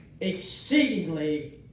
exceedingly